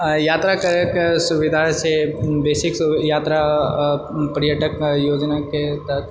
यात्रा करेके सुविधा जेछै बेसिक यात्रा पर्यटक योजनाके तहत